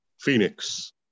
Phoenix